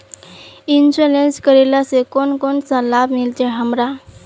Insurance करेला से कोन कोन सा लाभ मिलते हमरा?